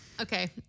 Okay